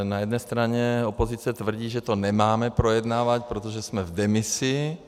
Na jedné straně opozice tvrdí, že to nemáme projednávat, protože jsme v demisi.